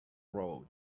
road